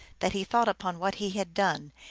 that he thought upon what he had done,